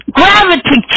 gravity